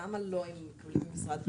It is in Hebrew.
למה לא, אם משרד נותן לאותו פרויקט?